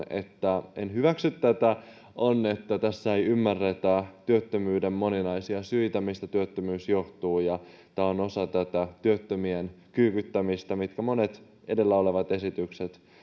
että en hyväksy tätä on että tässä ei ymmärretä työttömyyden moninaisia syitä mistä työttömyys johtuu tämä on osa työttömien kyykyttämistä mitä monet edellä olevat esitykset